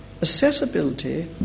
Accessibility